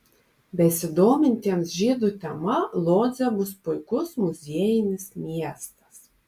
besidomintiems žydų tema lodzė bus puikus muziejinis miestas